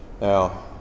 Now